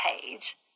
page